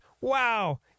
Wow